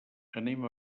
anem